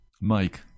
Mike